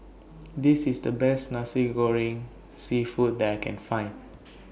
This IS The Best Nasi Goreng Seafood that I Can Find